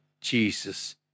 Jesus